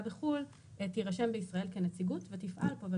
בחוץ לארץ תירשם בישראל כנציגות ותפעל.